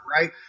right